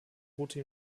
drohte